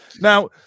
Now